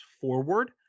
forward